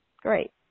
Great